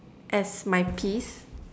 as my peeves